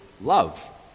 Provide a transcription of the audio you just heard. love